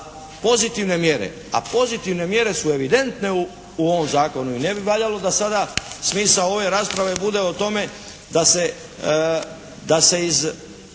pozitivne mjere, a pozitivne mjere su evidentne u ovom Zakonu i ne bi valjalo da sada smisao ove rasprave bude o tome da se iz